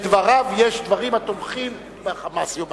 בדבריו יש דברים התומכים ב"חמאס", יאמר.